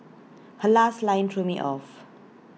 her last line threw me off